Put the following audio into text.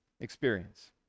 experience